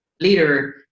leader